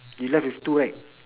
you left with two right